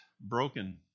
broken